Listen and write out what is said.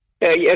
Yes